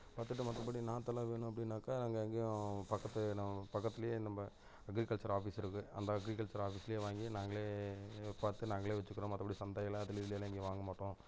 பார்த்துட்டு மற்றபடி நாற்று எல்லாம் வேணும் அப்படின்னாக்கா நாங்கள் எங்கேயும் பக்கத்தில் நம் பக்கத்திலேயே நம்ம அக்ரிகல்சர் ஆஃபீஸருக்கு அந்த அக்ரிகல்சர் ஆஃபீஸ்லேயே வாங்கி நாங்களே பார்த்து நாங்களே வச்சிக்கிறோம் மற்றபடி சந்தையெல்லாம் இதுலயெல்லாம் எங்கேயும் வாங்க மாட்டோம்